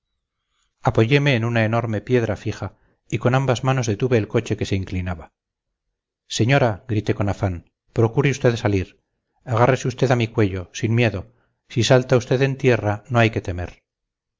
apoyeme en una enorme piedra fija y con ambas manos detuve el coche que se inclinaba señora grité con afán procure usted salir agárrese usted a mi cuello sin miedo si salta usted en tierra no hay qué temer